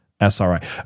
SRI